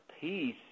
peace